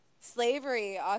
slavery